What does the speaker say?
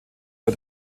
für